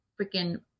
freaking